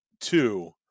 two